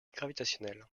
gravitationnelle